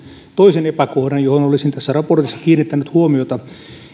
toisen epäkohdan johon olisin tässä raportissa kiinnittänyt huomiota